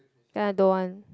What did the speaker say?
then I don't want